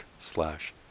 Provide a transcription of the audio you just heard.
slash